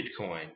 Bitcoin